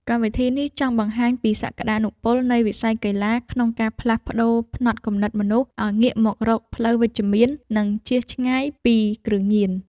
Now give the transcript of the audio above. កម្មវិធីនេះចង់បង្ហាញពីសក្ដានុពលនៃវិស័យកីឡាក្នុងការផ្លាស់ប្តូរផ្នត់គំនិតមនុស្សឱ្យងាកមករកផ្លូវវិជ្ជមាន និងជៀសឆ្ងាយពីគ្រឿងញៀន។